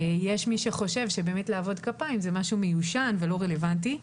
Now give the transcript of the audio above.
יש מי שחושב שעבודת כפיים זה משהו מיושן ולא רלוונטי.